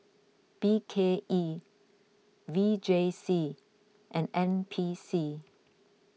B K E V J C and N P C